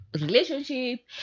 relationship